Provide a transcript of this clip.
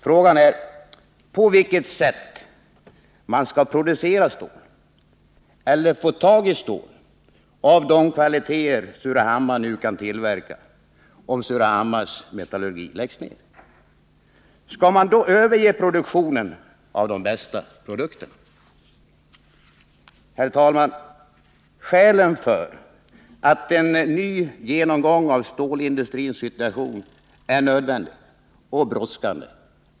Frågan är på vilket sätt man skall producera stål — eller få tag i stål — av de kvaliteter Surahammar nu kan tillverka, om Surahammars metallurgi läggs ner. Skall man då överge produktionen av de bästa produkterna? Herr talman! Det är många skäl som talar för att en ny genomgång av stålindustrins situation är nödvändig och brådskande.